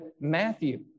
Matthew